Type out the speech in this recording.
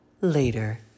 later